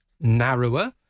narrower